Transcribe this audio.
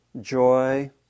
joy